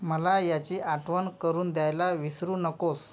मला याची आठवण करून द्यायला विसरू नकोस